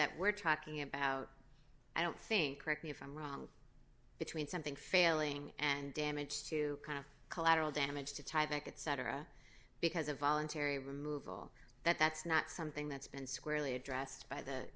that we're talking about i don't think correct me if i'm wrong between something failing and damage to kind of collateral damage to type make it cetera because of voluntary removal that that's not something that's been squarely addressed by the